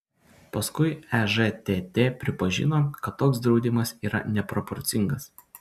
paskui ežtt pripažino kad toks draudimas yra neproporcingas